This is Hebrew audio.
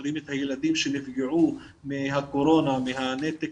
משאירים את הילדים שנפגעו מהקורונה מהנתק,